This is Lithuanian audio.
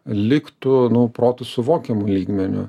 liktų nu protu suvokiamu lygmeniu